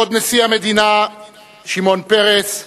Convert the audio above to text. כבוד נשיא המדינה שמעון פרס,